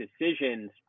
decisions